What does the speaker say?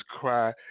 cry